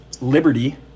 Liberty